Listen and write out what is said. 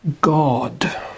God